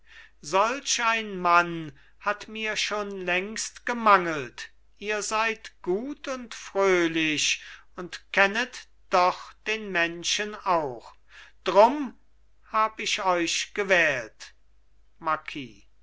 solch ein mann hat mir schon längst gemangelt ihr seid gut und fröhlich und kennet doch den menschen auch drum hab ich euch gewählt